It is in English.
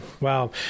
Wow